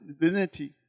divinity